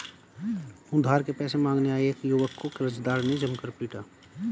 उधार के पैसे मांगने आये एक युवक को कर्जदार ने जमकर पीटा